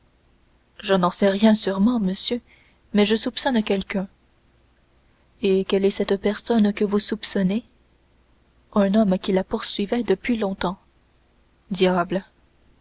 je n'en sais rien sûrement monsieur mais je soupçonne quelqu'un et quelle est cette personne que vous soupçonnez un homme qui la poursuivait depuis longtemps